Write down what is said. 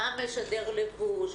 מה משדר הלבוש,